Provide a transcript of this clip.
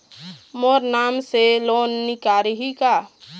मोर नाम से लोन निकारिही का?